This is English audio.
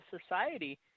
society